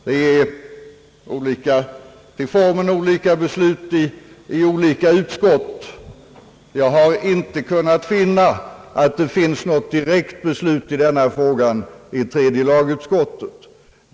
Det är till formen olika beslut i olika utskott. Jag har inte kunnat finna, att det i denna fråga finns något direkt beslut i tredje lagutskottet.